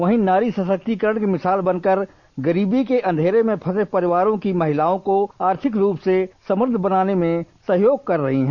वहीं नारी सशक्तिकरण की मिसाल बनकर गरीबी के अंधेरे में फंसे परिवारों की महिलाओं को आर्थिक रूप से समृद्ध बनाने में सहयोग कर रही हैं